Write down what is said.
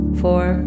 four